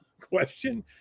question